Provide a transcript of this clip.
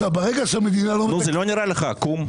ברגע שהמדינה לא מתקצבת --- זה לא נראה לך עקום?